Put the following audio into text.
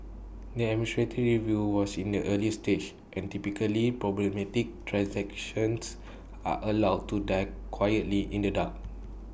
the administrative review was in the early stages and typically problematic transactions are allowed to die quietly in the dark